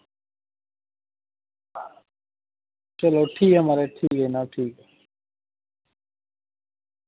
चलो ठीक ऐ महाराज ठीक ऐ जनाब ठीक ऐ